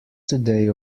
today